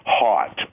hot